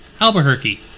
Albuquerque